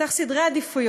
צריך סדר עדיפויות.